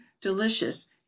delicious